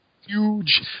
Huge